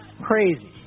crazy